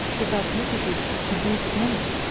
what thou purposest to do to morrow?